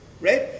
Right